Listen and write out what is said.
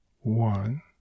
one